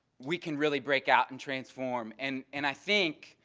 we can really breakout and transform. and and i think,